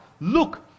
look